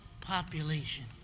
population